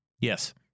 Yes